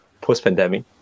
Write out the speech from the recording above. post-pandemic